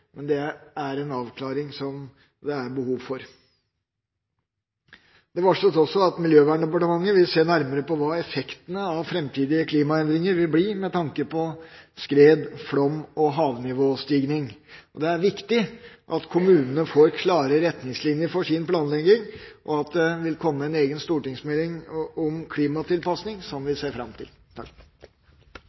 Men det er en avklaring som det er behov for. Det varsles også at Miljøverndepartementet vil se nærmere på hva effektene av framtidige klimaendringer vil bli med tanke på skred, flom og havnivåstigning. Det er viktig at kommunene får klare retningslinjer for sin planlegging. Dette vil komme i en egen stortingsmelding om klimatilpasning, som vi ser fram til.